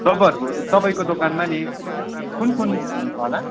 तपाईँहरूको तपाईँको दोकानमा नि कुन कुन छ होला